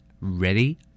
Ready